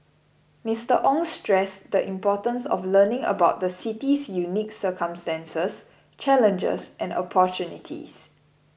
Mr Ong stressed the importance of learning about the city's unique circumstances challenges and opportunities